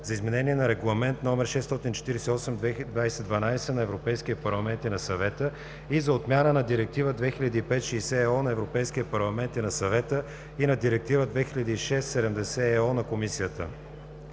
за изменение на Регламент № 648/2012 на Европейския парламент и на Съвета и за отмяна на Директива 2005/60/ЕО на Европейския парламент и на Съвета и на Директива 2006/70/ЕО на Комисията.